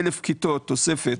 אלף כיתות תוספת